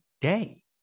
day